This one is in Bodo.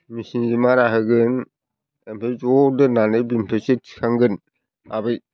मेसिनजों मारा होगोन ओमफ्राय ज' दोननानै बेनिफ्रायसो थिखांगोन